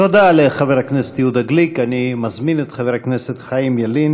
תודה לחבר הכנסת יהודה גליק.